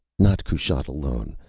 not kushat alone,